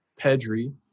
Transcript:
Pedri